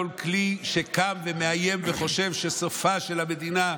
כל כלי שקם ומאיים וחושב שסופה של המדינה,